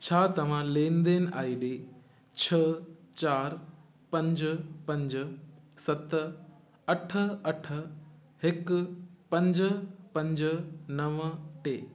छा तव्हां लेनदेन आई डी छह चारि पंज पंज सत अठ अठ हिकु पंज पंज नव टे